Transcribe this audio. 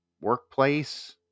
Workplace